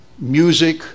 Music